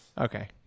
Okay